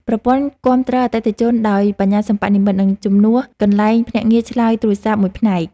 ប្រព័ន្ធគាំទ្រអតិថិជនដោយ បញ្ញាសិប្បនិម្មិត នឹងជំនួសកន្លែងភ្នាក់ងារឆ្លើយទូរសព្ទមួយផ្នែក។